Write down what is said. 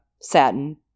Satin